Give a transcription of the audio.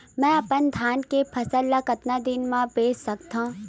मैं अपन धान के फसल ल कतका दिन म बेच सकथो?